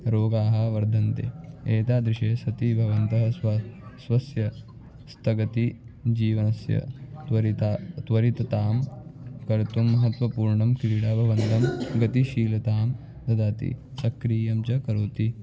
रोगाः वर्धन्ते एतादृशे सति भवन्तः स्वस्य स्वस्य स्थगितं जीवनस्य त्वरितः त्वरितं कर्तुं महत्त्वपूर्णा क्रीडा भवन्तं गतिशीलतां ददाति सक्रियं च करोति